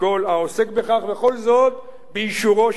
וכל זאת באישורו של שר הביטחון.